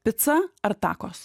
pica ar takos